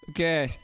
Okay